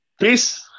Peace